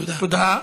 תודה.